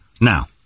Now